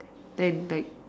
then like